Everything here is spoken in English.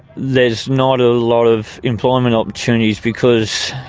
there is not a lot of employment opportunities because,